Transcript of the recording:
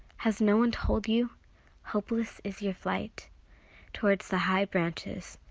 has no one told you hopeless is your flight towards the high branches.